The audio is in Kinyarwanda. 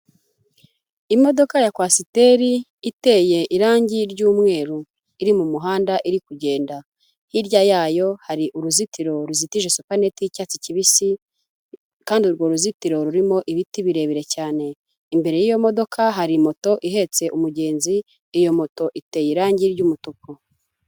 Imodoka ya kwasiteri iteye irangi ry'umweru iri mumuhanda iri kugenda, hirya yayo hari uruzitiro ruzitije supanete y'icyatsi kibisi kandi urwo ruzitiro rurimo ibiti birebire cyane, imbere y'iyo modoka hari moto ihetse umugenzi, iyo moto iteye irangi ry'umutuku.